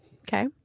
Okay